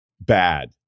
bad